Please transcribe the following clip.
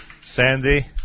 Sandy